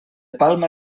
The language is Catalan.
palma